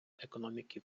економіки